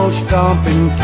stomping